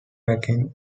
backed